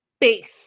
base